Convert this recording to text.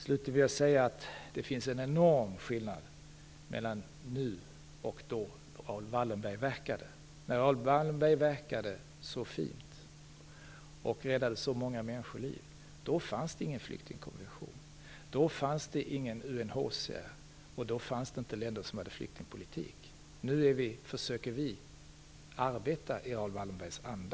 Slutligen vill jag säga att det finns en enorm skillnad mellan nu och tiden då Raoul Wallenberg verkade. När han räddade så många människoliv fanns inte någon flyktingkonvention, inget UNHCR och inga länder som hade en flyktingpolitik. Nu försöker vi i stället arbeta i Raoul Walenbergs anda.